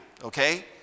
Okay